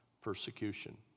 persecution